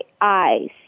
eyes